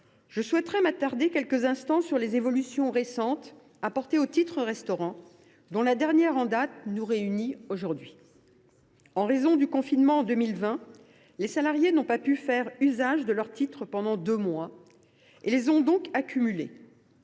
Je souhaiterais m’attarder quelques instants sur les évolutions récentes apportées au titre restaurant, dont la dernière en date nous réunit aujourd’hui. En raison du confinement en 2020, les salariés n’ont pu faire usage de leurs titres pendant deux mois ; ils les ont donc accumulés.